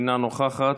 אינה נוכחת,